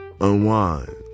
Unwind